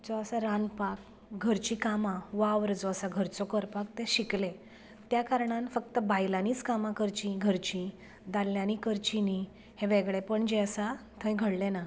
जो आसा रांदपाक घरची कामां वावर जो आसा घरचो करपाक ते शिकले त्या कारणान फक्त बायलांनीच कामां करची घरची दादल्यांनी करची न्ही हें वेगळेपण जें आसा थंय घडलें ना